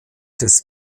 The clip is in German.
des